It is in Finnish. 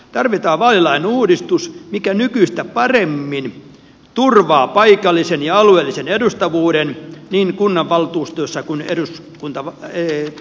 tarvitaan vaalilain uudistus mikä nykyistä paremmin turvaa paikallisen ja alueellisen edustavuuden niin kunnanvaltuustoissa kuin eduskunnassakin